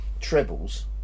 trebles